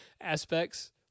aspects